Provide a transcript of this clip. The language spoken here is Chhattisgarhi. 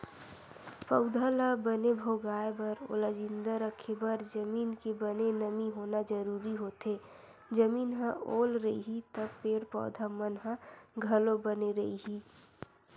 पउधा ल बने भोगाय बर ओला जिंदा रखे बर जमीन के बने नमी होना जरुरी होथे, जमीन ह ओल रइही त पेड़ पौधा मन ह घलो बने रइही